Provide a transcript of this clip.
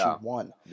one